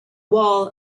wall